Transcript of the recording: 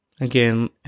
Again